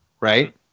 right